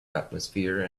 atmosphere